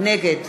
נגד